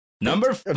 Number